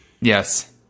yes